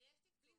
אבל יש תקצוב.